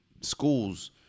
schools